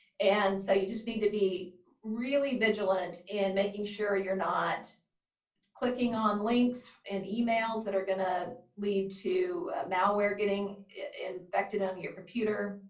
and so you just need to be really vigilant in making sure you're not clicking on links in emails that are going to lead to malware getting infected on your computer.